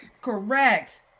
Correct